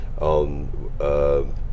on